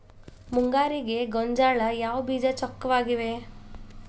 ಮುಂಗಾರಿಗೆ ಗೋಂಜಾಳ ಯಾವ ಬೇಜ ಚೊಕ್ಕವಾಗಿವೆ?